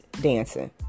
dancing